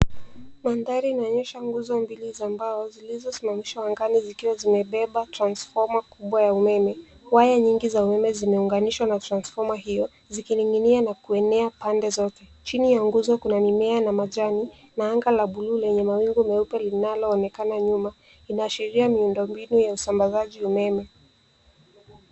Mandhari inaonyesha nguzo mbili za mbao zilizosimamishwa angani zikiwa zimebeba transformer kubwa ya umeme. Waya nyingi za umeme zimeunganishwa na transformer hiyo zikining'inia na kuenea pande zote. Chini ya nguzo kuna mimea na majani na anga la buluu lenye mawingi meupe linaloonekana nyuma linaashiria miundo mbinu ya usambazaji umeme.